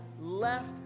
left